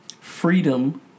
freedom